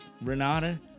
Renata